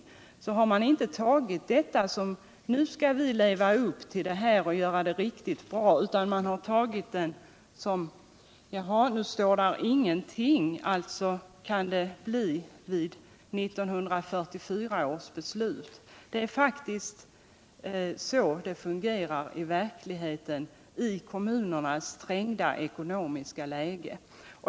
Man har inte uppfattat det så att nu skall vi leva upp till förväntningarna och göra det riktigt bra, utan man har uppfattat det så att nu står det ingenting — alltså kan det bli vid 1944 års beslut. Det är faktiskt så det fungerar i verkligheten i kommunernas trängda ekonomiska läge.